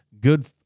good